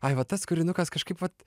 ai va tas kūrinukas kažkaip vat